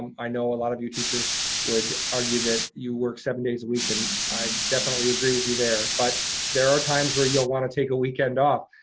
um i know a lot of you teachers would argue that you work seven days a week, and i definitely agree with you there. but there are times where you'll wanna take a weekend off.